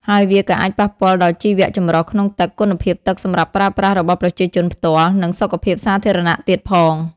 ហើយវាក៏អាចប៉ះពាល់ដល់ជីវៈចម្រុះក្នុងទឹក គុណភាពទឹកសម្រាប់ប្រើប្រាស់របស់ប្រជាជនផ្ទាល់ និងសុខភាពសាធារណៈទៀតផង។